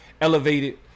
elevated